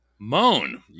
Moan